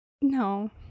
no